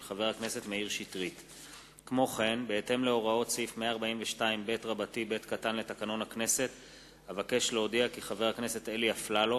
מאת חבר הכנסת זבולון אורלב וקבוצת חברי הכנסת,